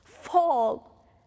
Fall